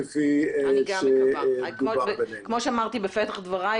כפי שאמרתי בפתח דבריי,